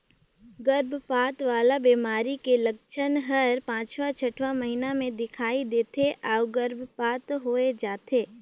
गरभपात वाला बेमारी के लक्छन हर पांचवां छठवां महीना में दिखई दे थे अउ गर्भपात होय जाथे